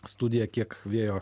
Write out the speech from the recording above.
studiją kiek vėjo